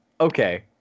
Okay